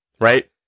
Right